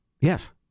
Yes